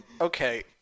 okay